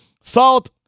salt